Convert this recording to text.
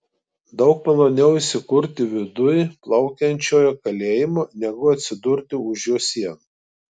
daug maloniau įsikurti viduj plaukiančiojo kalėjimo negu atsidurti už jo sienų